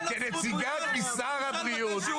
לא, אין לך זכות, הוא ישאל מתי שהוא רוצה.